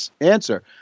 answer